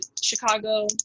Chicago